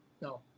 No